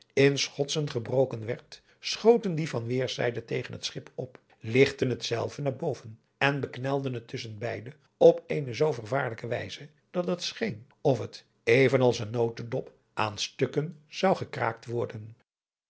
in schotsen gebroken werd schoten die van wederzijde tegen het schip op ligtten hetzelve naar boven en beknelden het tusschen beide op eene zoo vervaarlijke wijze dat het scheen of het even als een notendop aan stukken zou gekraakt worden